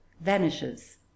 vanishes